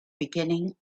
beginning